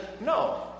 No